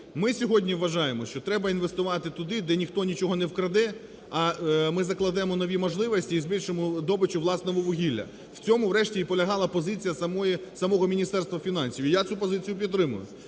Ми сьогодні вважаємо, що треба інвестувати туди, де ніхто нічого не вкраде, а ми закладемо нові можливості і збільшимо добичу власного вугілля. В цьому, врешті, і полягала позиція самого Міністерства фінансів. І я цю позицію підтримую.